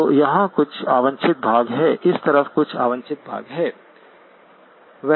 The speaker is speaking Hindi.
तो यहाँ कुछ अवांछित भाग है इस तरफ कुछ अवांछित भाग है